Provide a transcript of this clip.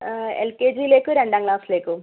L K ജിയിലേക്കും രണ്ടാം ക്ലാസ്സിലേക്കും